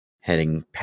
heading